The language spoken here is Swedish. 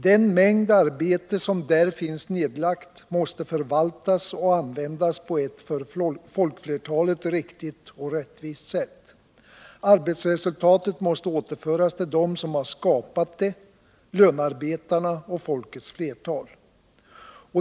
Den mängd arbete som där finns nedlagd måste förvaltas och användas på ett för folkflertalet riktigt och rättvist sätt. Arbetsresultatet Nn måste återföras till dem som har skapat det, lönarbetarna och folkets flertal.